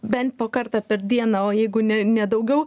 bent po kartą per dieną o jeigu ne ne daugiau